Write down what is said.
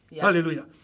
Hallelujah